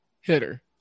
hitter